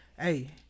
hey